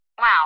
Wow